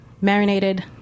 marinated